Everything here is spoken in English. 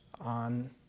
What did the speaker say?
on